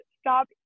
stop